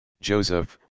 Joseph